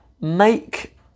make